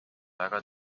väga